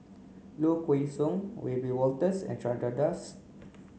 Low Kway Song Wiebe Wolters and Chandra Das